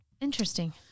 Interesting